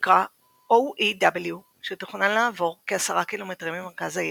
נקרא OEW שתוכנן לעבור כ-10 קילומטרים ממרכז העיר.